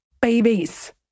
babies